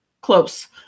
close